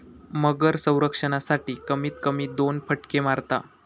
मगर संरक्षणासाठी, कमीत कमी दोन फटके मारता